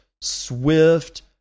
SWIFT